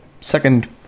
second